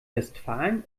westfalen